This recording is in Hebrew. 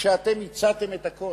כשאתם הצעתם את הכול,